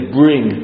bring